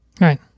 Right